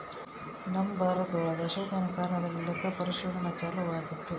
ನಮ್ ಭಾರತ ಒಳಗ ಅಶೋಕನ ಕಾಲದಲ್ಲಿ ಲೆಕ್ಕ ಪರಿಶೋಧನೆ ಚಾಲೂ ಆಗಿತ್ತು